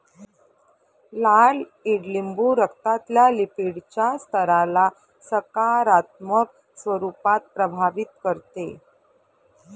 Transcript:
लाल ईडलिंबू रक्तातल्या लिपीडच्या स्तराला सकारात्मक स्वरूपात प्रभावित करते